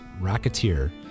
Racketeer